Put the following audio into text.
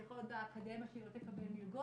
זה יכול להיות באקדמיה שהיא לא תקבל מלגות,